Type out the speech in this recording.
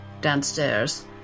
downstairs